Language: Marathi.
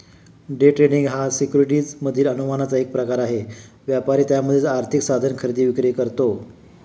डे ट्रेडिंग हा सिक्युरिटीज मधील अनुमानाचा एक प्रकार आहे, व्यापारी त्यामध्येच आर्थिक साधन खरेदी विक्री करतो